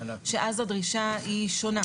שאז הדרישה היא שונה.